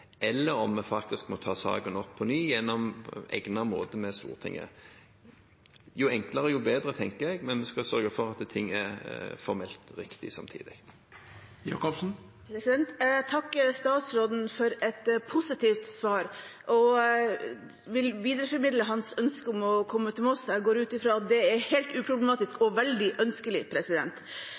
eller om vi faktisk må ta saken opp på ny på egnet måte med Stortinget. Jo enklere, jo bedre, tenker jeg, men vi skal samtidig sørge for at ting er formelt riktig. Jeg takker statsråden for et positivt svar, og jeg vil videreformidle hans ønske om å komme til Moss. Jeg går ut fra at det er helt uproblematisk og veldig ønskelig.